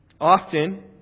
Often